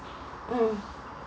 mm